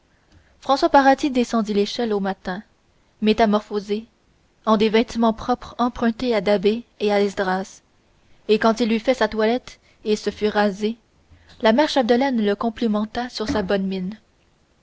françois paradis redescendit l'échelle au matin métamorphosé en des vêtements propres empruntés à da'bé et à esdras et quand il eut fait sa toilette et se fut rasé la mère chapdelaine le complimenta sur sa bonne mine